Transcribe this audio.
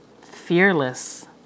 fearless